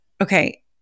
okay